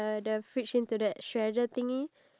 okay do you have the cards